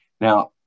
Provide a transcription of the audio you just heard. now